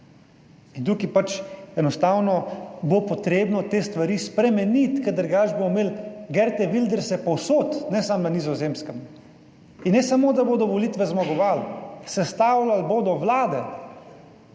in tukaj pač enostavno bo potrebno te stvari spremeniti, ker drugače bomo imeli Geerte Wilderse povsod, ne samo na Nizozemskem. In ne samo, da bodo volitve zmagovali, sestavljali bodo vlade,